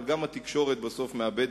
אבל גם התקשורת בסוף מאבדת,